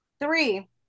Three